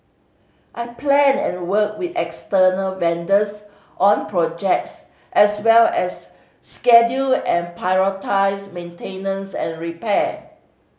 I plan and work with external vendors on projects as well as schedule and prioritise maintenance and repair